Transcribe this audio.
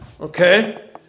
Okay